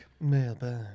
Mailbag